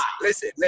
listen